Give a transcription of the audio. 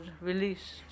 released